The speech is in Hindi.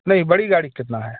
नहीं बड़ी गाड़ी का कितना है